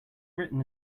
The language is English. written